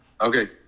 Okay